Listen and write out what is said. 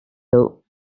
though